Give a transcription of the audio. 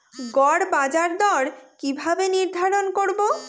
গড় বাজার দর কিভাবে নির্ধারণ করব?